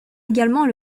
également